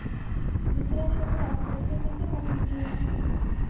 दुसऱ्या शहरात पैसे कसे पाठवूचे?